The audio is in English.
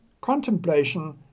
contemplation